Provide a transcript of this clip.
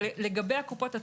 לגבי הקופות,